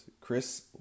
Chris